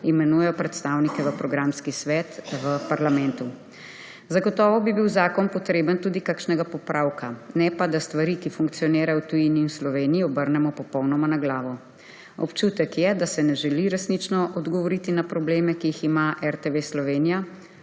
imenujejo predstavnike v programski svet v parlamentu. Zagotovo bi bil zakon potreben tudi kakšnega popravka, ne pa, da stvari, ki funkcionirajo v tujini in v Sloveniji, obrnemo popolnoma na glavo. Občutek je, da se ne želi resnično odgovoriti na probleme, ki jih ima RTV Slovenija,